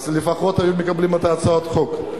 אז לפחות היו מקבלים את הצעת החוק.